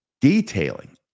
detailing